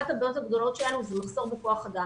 אחת הבעיות הגדולות שלנו היא מחסור בכוח אדם.